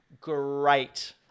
great